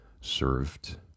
served